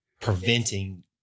preventing